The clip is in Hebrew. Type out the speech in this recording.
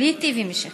פוליטי ומשיחי.